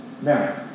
Now